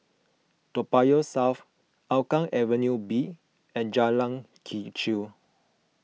Toa Payoh South Hougang Avenue B and Jalan Kechil